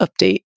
update